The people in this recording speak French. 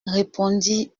répondit